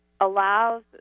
allows